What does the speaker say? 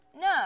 no